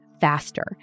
faster